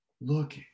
Look